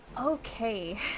Okay